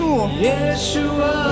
Yeshua